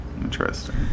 Interesting